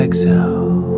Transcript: Exhale